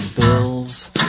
bills